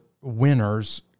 winners